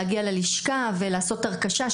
להגיע ללשכה ולעשות הרכשה,